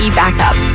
backup